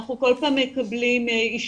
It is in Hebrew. אנחנו כל פעם מקבלים אישורים,